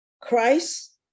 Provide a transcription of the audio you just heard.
Christ